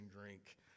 drink